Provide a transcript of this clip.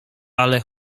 ale